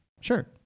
Sure